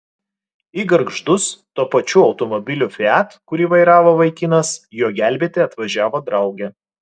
į gargždus tuo pačiu automobiliu fiat kurį vairavo vaikinas jo gelbėti atvažiavo draugė